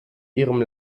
ihrem